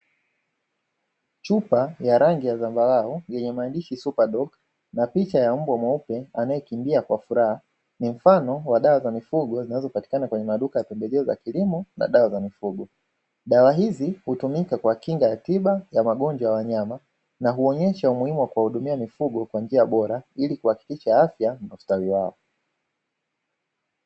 Chupa ya rangi ya zambarau yenye maandishi superdog na picha ya mbwa mweupe anayekimbia kwa furaha ni mfano wa dawa za mifugo zinazopatikana kwenye maduka ya pembejeo za kilimo na dawa za mifugo, dawa hizi hutumika kwa kinga ya tiba ya magonjwa ya wanyama na huonyesha umuhimu wa kuwahudumia mifugo kwa njia bora ili kuhakikisha afya na ustawi wao.